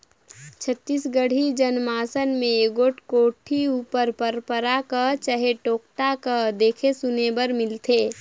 छत्तीसगढ़ी जनमानस मे एगोट कोठी उपर पंरपरा कह चहे टोटका कह देखे सुने बर मिलथे